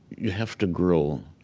yeah have to grow.